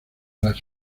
las